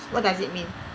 what does it mean